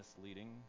misleading